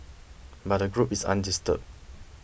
but the group is undisturbed